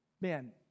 man